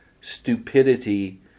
stupidity